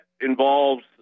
involves